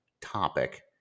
topic